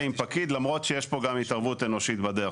פקיד למרות שיש פה גם התערבות אנושית בדרך,